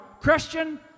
Christian